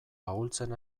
ahultzen